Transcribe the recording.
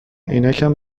عینکم